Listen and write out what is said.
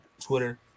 Twitter